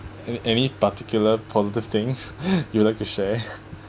any any particular positive thing you'd like to share